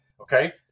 Okay